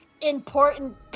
important